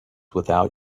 without